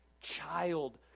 child